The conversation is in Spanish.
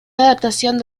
adaptación